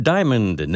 Diamond